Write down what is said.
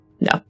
no